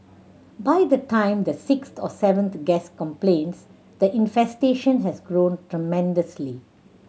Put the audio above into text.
by the time the sixth or seventh guest complains the infestation has grown tremendously